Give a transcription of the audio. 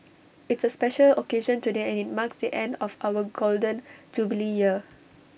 it's A special occasion today and IT marks the end of our Golden Jubilee year